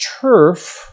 turf